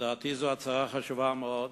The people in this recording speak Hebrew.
זו הצהרה חשובה מאוד,